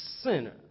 sinner